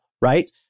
right